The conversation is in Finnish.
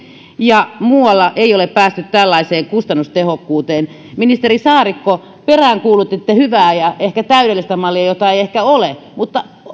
ja muualla ei ole päästy tällaiseen kustannustehokkuuteen ministeri saarikko peräänkuulutitte hyvää ja ehkä täydellistä mallia jota ei ehkä ole mutta